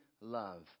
love